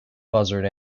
buzzard